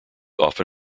often